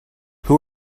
who